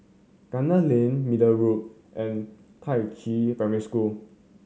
Gunner Lane Middle Road and Da Qiao Primary School